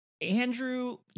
Andrew